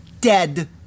dead